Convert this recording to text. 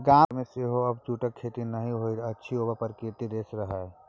गाम घरमे सेहो आब जूटक खेती नहि होइत अछि ओ प्राकृतिक रेशा रहय